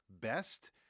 best